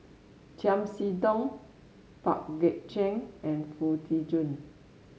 Chiam See Tong Pang Guek Cheng and Foo Tee Jun